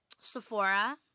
Sephora